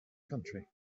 country